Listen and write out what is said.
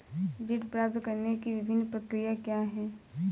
ऋण प्राप्त करने की विभिन्न प्रक्रिया क्या हैं?